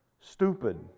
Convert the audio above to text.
stupid